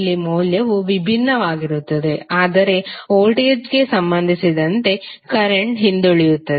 ಇಲ್ಲಿ ಮೌಲ್ಯವು ವಿಭಿನ್ನವಾಗಿರುತ್ತದೆ ಆದರೆ ವೋಲ್ಟೇಜ್ಗೆ ಸಂಬಂಧಿಸಿದಂತೆ ಕರೆಂಟ್ ಹಿಂದುಳಿಯುತ್ತದೆ